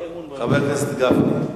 חבר הכנסת גפני,